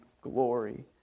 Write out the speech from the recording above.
glory